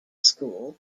school